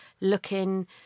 looking